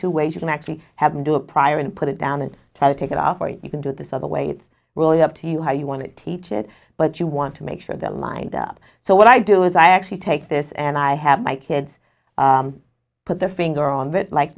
two ways you can actually have him do a prior and put it down and try to take it off or you can do this either way it's really up to you how you want to teach it but you want to make sure they're lined up so what i do is i actually take this and i have my kids put their finger on it like